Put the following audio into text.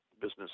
business